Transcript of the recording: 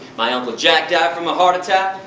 my uncle jack died from a heart attack.